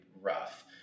rough